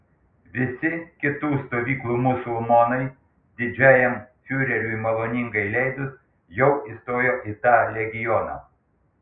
visi kitų stovyklų musulmonai didžiajam fiureriui maloningai leidus jau įstojo į tą legioną